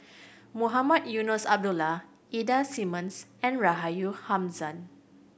Mohamed Eunos Abdullah Ida Simmons and Rahayu Hamzam